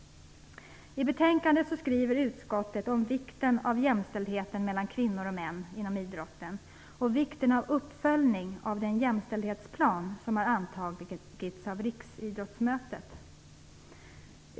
I betänkandet skriver utskottet om vikten av jämställdhet mellan kvinnor och män inom idrotten och vikten av uppföljning av den jämställdhetsplan som har antagits av Riksidrottsmötet.